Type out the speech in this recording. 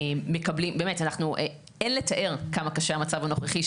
באמת אין לתאר כמה קשה המצב הנוכחי.